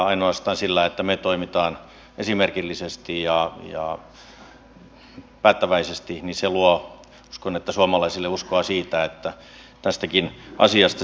ainoastaan se että me toimimme esimerkillisesti ja päättäväisesti luo näin uskon suomalaisille uskoa siitä että tästäkin asiasta selvitään